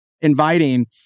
inviting